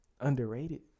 underrated